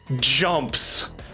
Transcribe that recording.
jumps